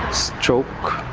stroke,